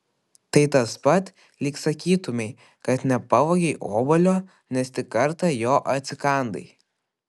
tai tas pat lyg sakytumei kad nepavogei obuolio nes tik kartą jo atsikandai